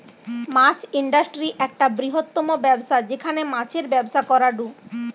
মাছ industry একটা বৃহত্তম ব্যবসা যেখানে মাছের ব্যবসা করাঢু